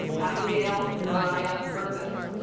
abigail mariah mervis